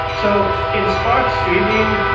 so in spark streaming,